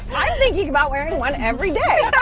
i'm thinking about wearing one every day.